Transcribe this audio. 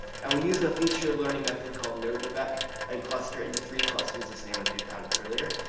and we use a feature learning method called node dev-eck and cluster into three clusters, the same as we found earlier.